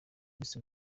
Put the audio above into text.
miss